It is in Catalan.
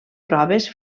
proves